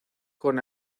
con